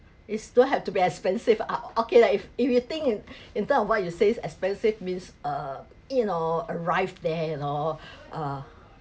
it's don't have to be expensive ah okay lah if if you think in in term of why you says expensive means uh you know arrived there you know uh